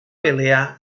pelea